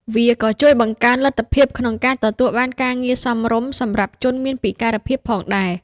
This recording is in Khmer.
វាក៏ជួយបង្កើនលទ្ធភាពក្នុងការទទួលបានការងារសមរម្យសម្រាប់ជនមានពិការភាពផងដែរ។